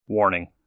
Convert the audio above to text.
Warning